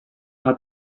hat